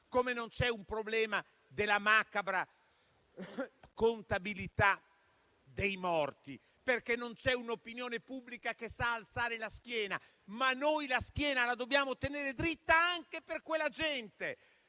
come non c'è un problema della macabra contabilità dei morti, perché non c'è un'opinione pubblica che sa alzare la schiena. Ma noi la schiena la dobbiamo tenere dritta anche per quella gente,